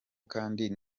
kandi